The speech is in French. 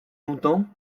longtemps